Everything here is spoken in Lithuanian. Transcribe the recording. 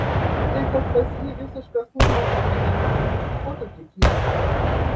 tai kad pas jį visiškas nulis smegenų ko tu tikiesi